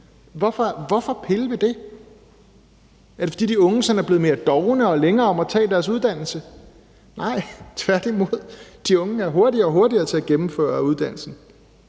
Hvorfor pille ved det? Er det, fordi de unge er blevet sådan mere dovne og længere om at tage deres uddannelse? Nej, tværtimod, de unge er blevet hurtigere og hurtigere til at gennemføre deres uddannelse.